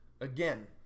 again